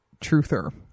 truther